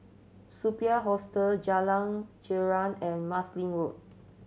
Superb Hostel Jalan Girang and Marsiling Road